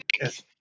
Yes